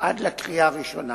עד הקריאה הראשונה